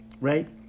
Right